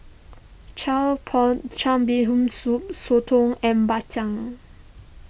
Pot Bee Hoon Soup Soto and Bak Chang